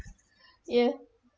yeah